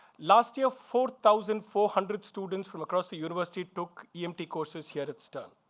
last year, four thousand four hundred students from across the university took emt courses here at stern.